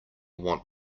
want